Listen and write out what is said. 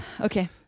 Okay